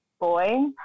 boy